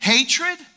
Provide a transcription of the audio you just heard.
Hatred